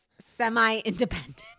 semi-independent